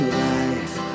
life